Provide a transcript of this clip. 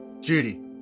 Judy